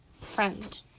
Friend